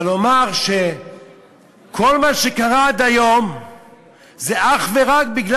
אבל לומר שכל מה שקרה עד היום זה אך ורק מפני